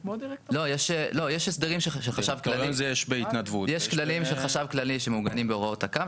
לא, יש הסדרים של חשב כללי שמעוגנים בהוראות הקו.